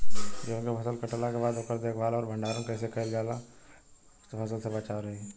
गेंहू के फसल कटला के बाद ओकर देखभाल आउर भंडारण कइसे कैला से फसल बाचल रही?